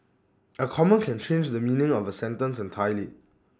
A comma can change the meaning of A sentence entirely